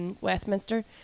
Westminster